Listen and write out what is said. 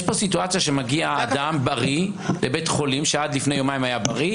יש פה סיטואציה שמגיע אדם שעד לפני יומיים היה בריא,